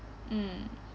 mm